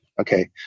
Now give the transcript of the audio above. Okay